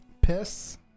piss